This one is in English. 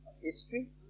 history